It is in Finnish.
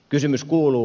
kysymys kuuluu